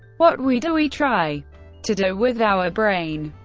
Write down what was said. what we do, we try to do with our brain.